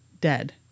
dead